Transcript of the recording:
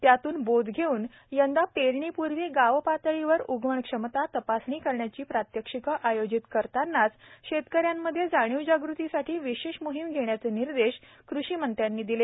त्यातून बोध घेवून यंदा पेरणीपूर्वी गावपातळीवर उगवणक्षमता तपासणी करण्याची प्रात्यक्षिके आयोजित करतानाच शेतकऱ्यांमध्ये जाणीवजागृतीसाठी विशेष मोहिम घेण्याचे निर्देशही कृषिमंत्र्यांनी यावेळी दिले